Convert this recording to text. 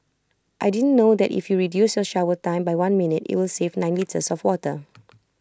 I didn't know that if you reduce your shower time by one minute IT will save nine litres of water